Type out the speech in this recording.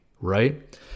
right